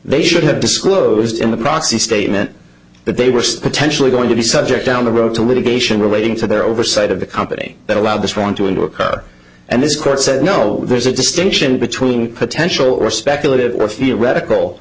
they should have disclosed in the process statement that they were potentially going to be subject down the road to litigation relating to their oversight of the company that allowed this one to work and this court said no there's a distinction between potential or speculative or theoretical